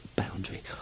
boundary